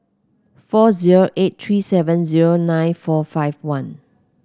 four zero eight three seven zero nine four five one